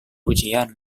ujian